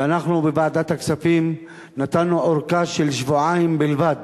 ואנחנו, בוועדת הכספים, נתנו ארכה של שבועיים בלבד